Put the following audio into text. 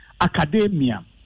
academia